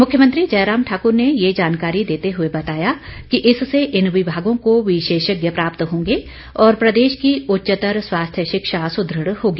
मुख्यमंत्री जयराम ठाकुर ने ये जानकारी देते हुए बताया कि इससे इन विभागों को विशेषज्ञ प्राप्त होंगे और प्रदेश की उच्चतर स्वास्थ्य शिक्षा सुदृढ़ होगी